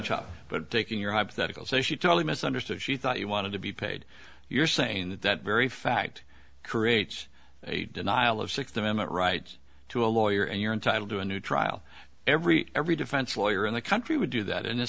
shop but taking your hypothetical say she totally misunderstood she thought you wanted to be paid you're saying that that very fact creates a denial of sixth amendment rights to a lawyer and you're entitled to a new trial every every defense lawyer in the country would do that in a